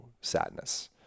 sadness